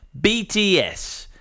BTS